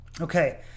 okay